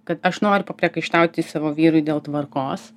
kad aš noriu papriekaištauti savo vyrui dėl tvarkos